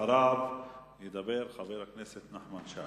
אחריו ידבר חבר הכנסת נחמן שי.